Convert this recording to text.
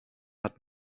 hat